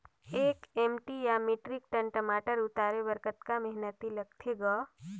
एक एम.टी या metric ton टमाटर उतारे बर कतका मेहनती लगथे ग?